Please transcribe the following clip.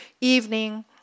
Evening